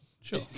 Sure